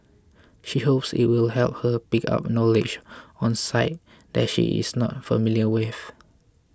she hopes it will help her pick up knowledge on sites that she is not familiar with